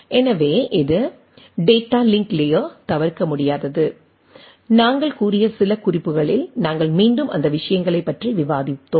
எனவே இது data link layer தவிர்க்க முடியாதது நாங்கள் கூறிய சில குறிப்புகளில் நாங்கள் மீண்டும் அந்த விஷயங்களைப் பற்றி விவாதிப்போம்